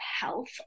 health